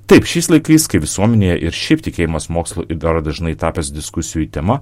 taip šiais laikais kai visuomenėje ir šiaip tikėjimas mokslui ir dar dažnai tapęs diskusijų tema